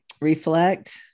reflect